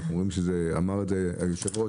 אמר יושב הראש,